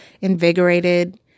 invigorated